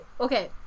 Okay